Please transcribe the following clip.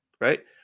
right